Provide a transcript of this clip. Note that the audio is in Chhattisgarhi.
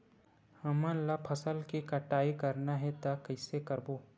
हमन ला फसल के कटाई करना हे त कइसे करबो?